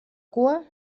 cua